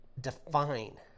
define